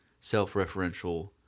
self-referential –